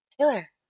Taylor